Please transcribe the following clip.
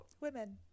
women